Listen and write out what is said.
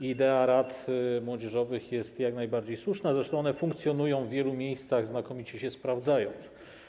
Idea rad młodzieżowych jest jak najbardziej słuszna, zresztą one funkcjonują w wielu miejscach i znakomicie się sprawdzają.